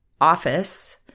office